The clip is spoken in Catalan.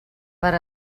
per